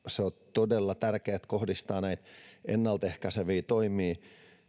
todella tärkeää kohdistaa näitä ennaltaehkäiseviä toimia